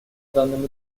данном